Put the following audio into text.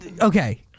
okay